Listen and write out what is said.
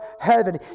heaven